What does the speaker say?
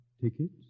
Tickets